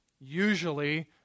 usually